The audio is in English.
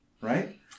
right